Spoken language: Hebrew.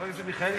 חבר הכנסת מיכאלי,